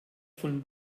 von